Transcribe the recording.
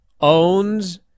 owns